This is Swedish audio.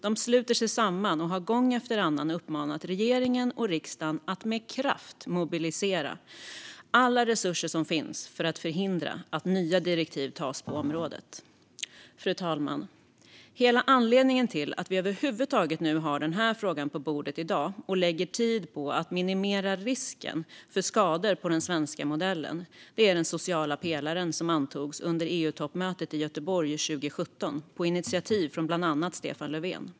De sluter sig samman och har gång efter annan uppmanat regeringen och riksdagen att med kraft mobilisera alla resurser som finns för att förhindra att nya direktiv antas på området. Fru talman! Hela anledningen till att vi över huvud taget har denna fråga på bordet i dag och lägger tid på att minimera risken för skador på den svenska modellen är den sociala pelaren som antogs under EU-toppmötet i Göteborg 2017 på initiativ av bland andra Stefan Löfven.